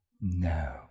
No